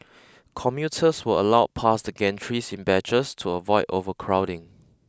commuters were allowed past the gantries in batches to avoid overcrowding